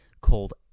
called